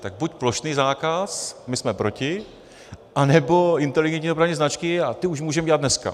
Tak buď plošný zákaz my jsme proti anebo inteligentní dopravní značky a ty už můžeme dělat dneska.